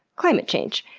climate change.